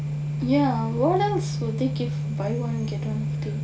ya what else would they give buy one get one